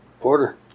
Porter